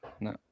No